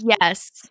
Yes